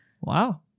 Wow